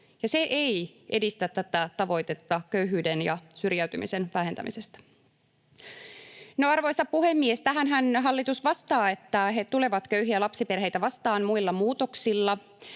se ei edistä tätä tavoitetta köyhyyden ja syrjäytymisen vähentämisestä. No, arvoisa puhemies, tähänhän hallitus vastaa, että he tulevat köyhiä lapsiperheitä vastaan muilla muutoksilla.